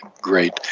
great